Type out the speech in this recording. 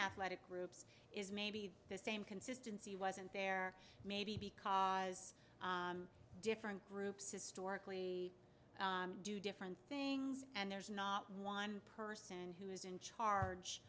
athletic groups is maybe the same consistency wasn't there maybe because different groups historically do different things and there's not one person who's in charge